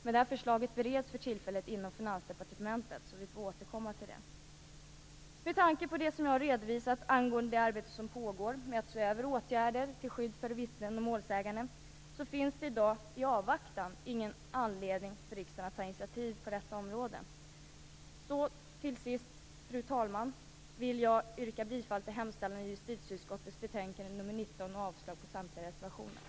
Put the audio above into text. Men detta förslag bereds för tillfället inom Finansdepartementet, så vi får återkomma till det. Med tanke på det som jag har redovisat angående det arbete som pågår med att se över åtgärder till skydd för vittnen och målsäganden finns det i dag i avvaktan ingen anledning för riksdagen att ta initiativ på detta område. Till sist, fru talman, vill jag yrka bifall till hemställan i justitieutskottets betänkande nr 19 och avslag på samtliga reservationer.